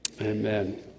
Amen